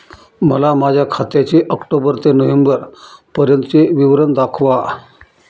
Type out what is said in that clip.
मला माझ्या खात्याचे ऑक्टोबर ते नोव्हेंबर पर्यंतचे विवरण दाखवा